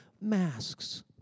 masks